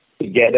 together